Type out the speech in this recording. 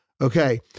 Okay